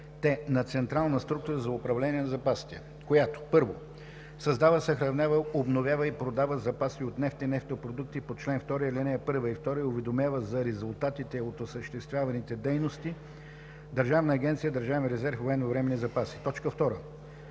на централна структура за управление на запасите, която: 1. създава, съхранява, обновява и продава запаси от нефт и нефтопродукти по чл. 2, ал. 1 и 2 и уведомява за резултатите от осъществяваните дейности Държавна агенция „Държавен резерв и военновременни запаси“; 2.